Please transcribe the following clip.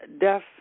death